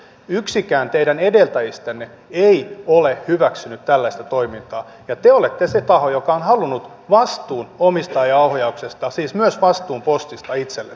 yksikään teidän edeltäjistänne ei ole hyväksynyt tällaista toimintaa ja te olette se taho joka on halunnut vastuun omistajaohjauksesta siis myös vastuun postista itsellenne